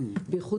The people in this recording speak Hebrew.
בייחוד